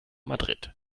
madrid